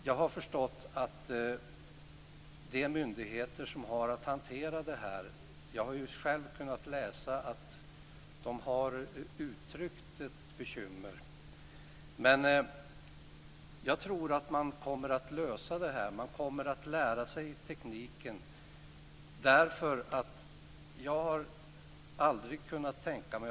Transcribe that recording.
Jag har ju själv kunnat läsa att de myndigheter som har att hantera detta har uttryckt ett bekymmer. Men jag tror att man kommer att lösa detta. Man kommer att lära sig tekniken. Jag har tänkt mycket på detta.